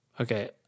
Okay